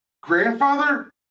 grandfather